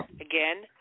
Again